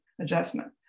adjustment